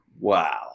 wow